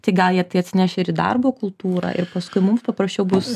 tai gal jie tai atsineš ir įį darbo kultūrą ir paskui mums paprasčiau bus